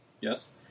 Yes